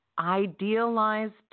idealized